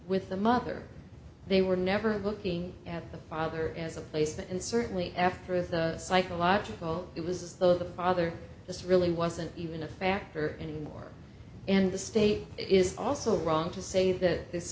with the mother they were never looking at the father as a place and certainly after the psychological it was as though the father this really wasn't even a factor anymore and the state is also wrong to say that this